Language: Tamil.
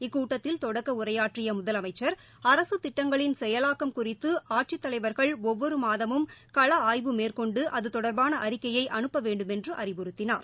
இக்கூட்டத்தில் தொடக்க உரையாற்றிய முதலமைச்சர் அரசு திட்டங்களின் செயலாக்கம் குறித்து ஆட்சித் தலைவர்கள் ஒவ்வொரு மாதமும் கள ஆய்வு மேற்கொண்டு அது தொடர்பான அறிக்கையை அனுப்ப வேண்டுமென்று அறிவுறுத்தினார்